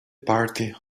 party